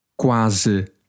quase